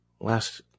Last